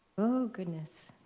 oh, goodness.